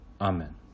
Amen